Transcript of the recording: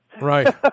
Right